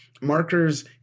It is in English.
markers